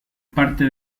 parte